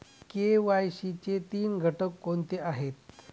KYC चे तीन घटक कोणते आहेत?